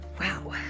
Wow